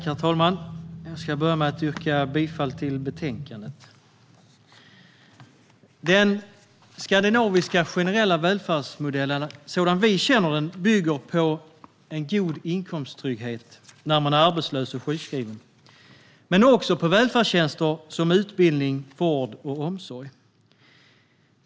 Herr talman! Jag ska börja med att yrka bifall till förslaget i betänkandet. Den skandinaviska, generella välfärdsmodellen som vi känner den bygger på en god inkomsttrygghet när man är arbetslös eller sjukskriven men också på välfärdstjänster som utbildning, vård och omsorg.